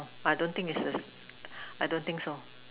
I don't think is the I don't think so